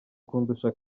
kundusha